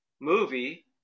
movie